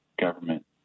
government